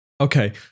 Okay